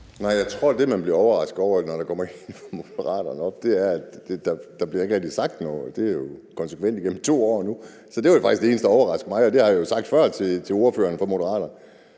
Nej, jeg tror, at det, man bliver overrasket over, når der kommer Moderater op på talerstoen, er, at der ikke rigtig bliver sagt noget. Det har jo været sådan konsekvent gennem 2 år nu, så det var faktisk det eneste, der overraskede mig, og det har jeg jo sagt før til ordføreren for Moderaterne.